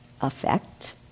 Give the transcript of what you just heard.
effect